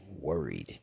worried